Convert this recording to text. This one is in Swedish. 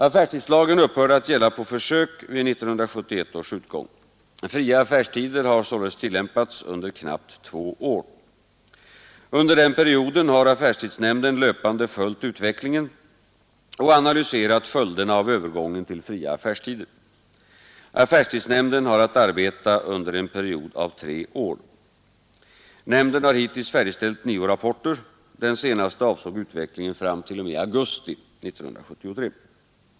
Affärstidslagen upphörde att gälla på försök vid 1971 års utgång. Fria affärstider har således tillämpats under knappt två år. Under denna period har affärstidsnämnden löpande följt utvecklingen och analyserat följderna av övergången till fria affärstider. Affärstidsnämnden har att arbeta under en period av tre år. Nämnden har hittills färdigställt nio rapporter. Den senaste avsåg utvecklingen fram t.o.m. augusti 1973.